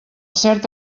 cert